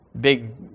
big